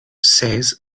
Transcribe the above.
says